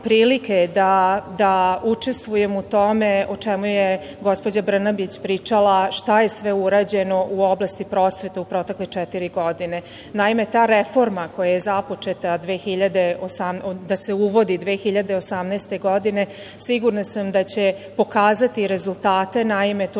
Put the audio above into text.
da učestvujem u tome o čemu je gospođa Brnabić pričala šta je sve urađeno u oblasti prosvete u protekle četiri godine. Naime, ta reforma koja je započeta, odnosno da se uvodi 2018. godine sigurna sam da će pokazati rezultate, naime toliko